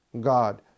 god